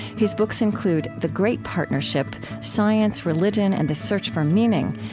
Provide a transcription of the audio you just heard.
his books include the great partnership science, religion, and the search for meaning,